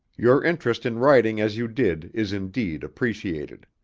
your interest in writing as you did is indeed appreciated.